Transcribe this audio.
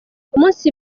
umunsi